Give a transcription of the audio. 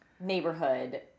neighborhood